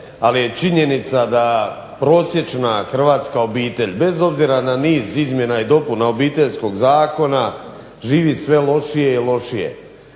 ali je činjenica da prosječna hrvatska obitelj, bez obzira na niz izmjena i dopuna Obiteljskog zakona, živi sve lošije i lošije.